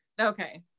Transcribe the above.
Okay